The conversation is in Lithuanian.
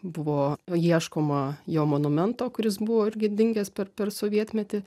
buvo ieškoma jo monumento kuris buvo irgi dingęs per per sovietmetį